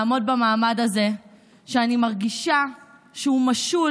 לעמוד במעמד הזה שאני מרגישה שהוא משול